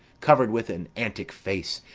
cover'd with an antic face,